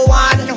one